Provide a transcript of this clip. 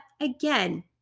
again